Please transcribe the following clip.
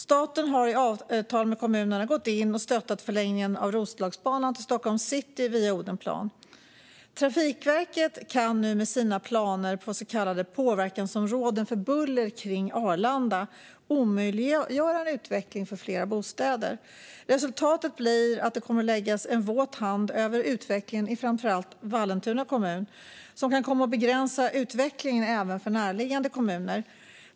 Staten har i avtal med kommunerna gått in och stöttat förlängningen av Roslagsbanan till Stockholms city via Odenplan. Trafikverket kan nu med sina planer på så kallade påverkansområden för buller kring Arlanda omöjliggöra en utveckling för fler bostäder. Resultatet blir att det kommer att läggas en våt filt över utvecklingen i framför allt Vallentuna kommun, vilket kan komma att begränsa utvecklingen även för närliggande kommuner.